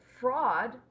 fraud